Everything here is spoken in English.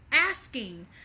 asking